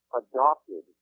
adopted